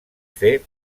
fer